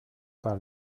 par